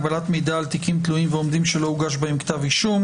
הגבלת מידע על תיקים תלויים ועומדים שלא הוגש בהם כתב אישום),